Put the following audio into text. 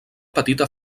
petita